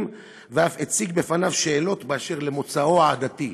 ואף הציג בפניו שאלות באשר למוצאו העדתי.